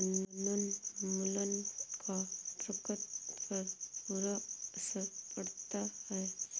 वनोन्मूलन का प्रकृति पर बुरा असर पड़ता है